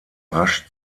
rasch